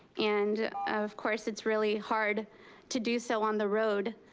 and of course it's really hard to do so on the road,